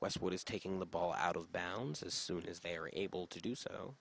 westwood is taking the ball out of bounds as soon as they are able to do so